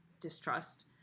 distrust